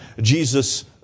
Jesus